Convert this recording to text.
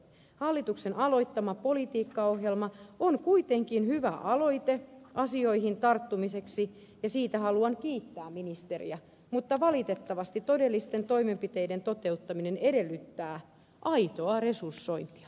hallituksen aloittama politiikkaohjelma on kuitenkin hyvä aloite asioihin tarttumiseksi ja siitä haluan kiittää ministeriä mutta valitettavasti todellisten toimenpiteiden toteuttaminen edellyttää aitoa resursointia